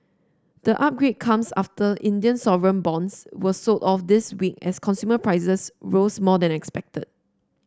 the upgrade comes after Indian sovereign bonds were sold off this week as consumer prices rose more than expected